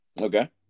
Okay